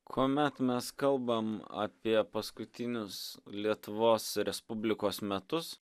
kuomet mes kalbam apie paskutinius lietuvos respublikos metus